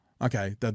okay